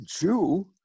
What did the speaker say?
Jew